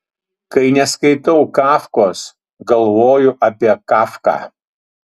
kai neskaitau kafkos galvoju apie kafką